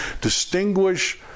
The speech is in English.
Distinguish